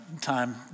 time